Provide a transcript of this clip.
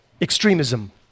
extremism